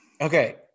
Okay